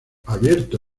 abierto